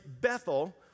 Bethel